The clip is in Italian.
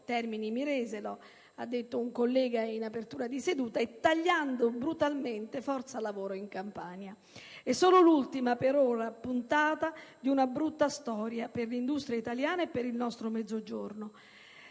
Termini Imerese, come è stato detto da un collega in apertura di seduta, e tagliando brutalmente forza lavoro in Campania. Per ora è solo l'ultima puntata di una brutta storia per l'industria italiana e per il nostro Mezzogiorno,